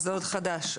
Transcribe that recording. חדש.